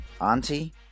Auntie